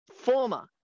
former